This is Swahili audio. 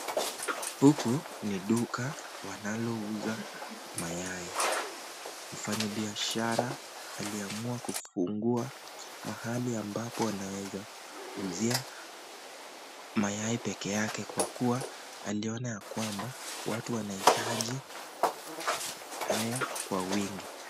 Huku ni duka wanalouza mayai. Mfanyi biashara aliamua kufungua mahali ambapo anaweza uzia mayai pekee yake kwa kuwa aliona yakwamba watu wanahitaji haya kwa wingi.